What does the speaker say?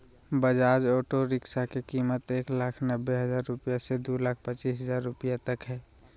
Bajaj auto rickshaw के कीमत एक लाख नब्बे हजार रुपया से दू लाख पचीस हजार रुपया तक हइ